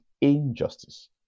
injustice